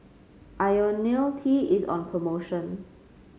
IoniL T is on promotion